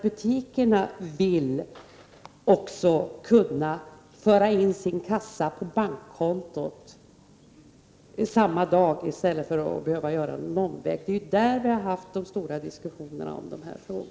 Butikerna vill också kunna föra in sina kassor på bankkontot samma dag, i stället för att göra en omväg.